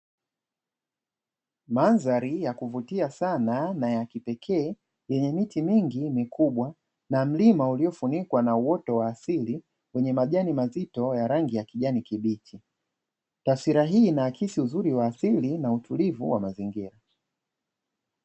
Mandhari ya kuvutia sana na ya kipekee, yenye miti mingi mikubwa na mlima uliofunikwa na uoto wa asili wenye majani mazito ya rangi ya kijani kibichi. Taswira hii inaakisi uzuri wa asili na utulivu wa mazingira.